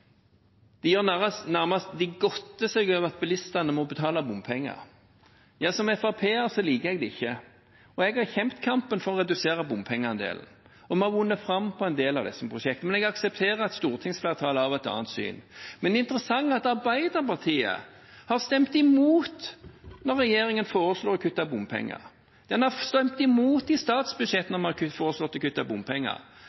De nærmest godter seg over at bilistene må betale bompenger. Ja, som FrP-er liker jeg det ikke, jeg har kjempet kampen for å redusere bompengeandelen. Vi har vunnet fram på en del av disse prosjektene, men jeg aksepterer at stortingsflertallet har et annet syn. Det interessante er at Arbeiderpartiet har stemt imot når regjeringen har foreslått å kutte bompenger. De har stemt imot når vi har foreslått å kutte bompenger i statsbudsjettet.